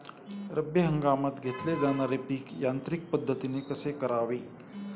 रब्बी हंगामात घेतले जाणारे पीक यांत्रिक पद्धतीने कसे करावे?